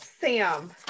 sam